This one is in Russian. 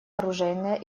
оружейное